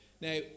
now